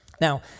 Now